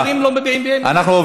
אנחנו עוברים להצבעה.